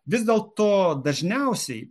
vis dėl to dažniausiai